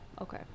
Okay